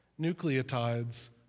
Nucleotides